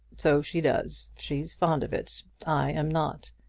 so she does. she's fond of it i am not.